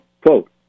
quote